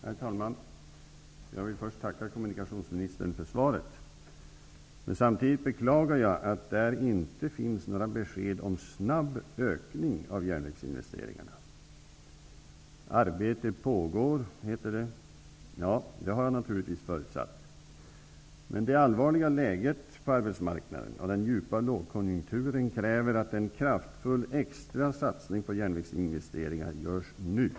Herr talman! Jag vill först tacka kommunikationsministern för svaret. Men samtidigt beklagar jag att där inte finns några besked om en snabb ökning av järnvägsinvesteringarna. Arbete pågår, heter det. Ja, det har jag naturligtvis förut sagt. Men det allvarliga läget på arbetsmarknaden och den djupa lågkonjunkturen kräver att en kraftfull extra satsning på järnvägsinvesteringar görs nu.